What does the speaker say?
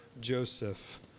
Joseph